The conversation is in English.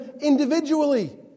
individually